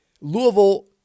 Louisville